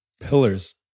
pillars